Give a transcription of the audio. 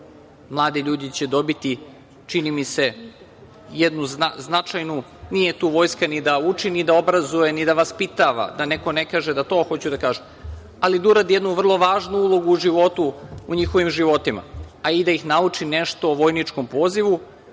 mladi ljudi će dobiti, čini mi se, jednu značajnu, nije tu vojska ni da uči, ni da obrazuje, ni da vaspitava, da neko ne kaže da hoću to da kažem, ali da uradi jednu vrlo važnu ulogu u njihovim životima, a i da ih nauči nešto o vojničkom pozivu,